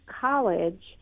college